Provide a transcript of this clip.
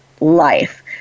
life